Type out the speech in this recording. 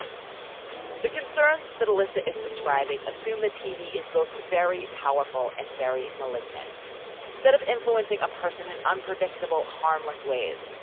the concerns that alissa is describing assume that tv is both very powerful and very malignant instead of influencing a person an unpredictable harmless ways.